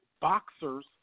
boxers